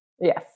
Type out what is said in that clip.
Yes